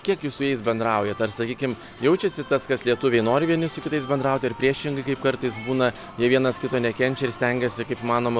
kiek jūs su jais bendraujat ar sakykim jaučiasi tas kad lietuviai nori vieni su kitais bendrauti ar priešingai kaip kartais būna jie vienas kito nekenčia ir stengiasi kaip įmanoma